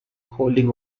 holding